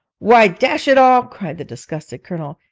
why, dash it all cried the disgusted colonel,